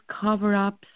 cover-ups